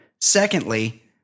Secondly